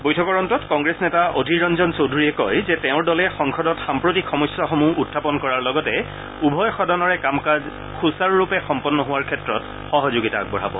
বৈঠকৰ অন্তত কংগ্ৰেছ নেতা অধিৰঞ্জন চৌধুৰীয়ে কয় যে তেওঁৰ দলে সংসদত সাম্প্ৰতিক সমস্যাসমূহ উখাপন কৰাৰ লগতে উভয় সদনৰে কাম কাজ সূচাৰুৰূপে সম্পন্ন হোৱাৰ ক্ষেত্ৰত সহযোগিতা আগবঢ়াব